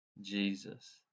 Jesus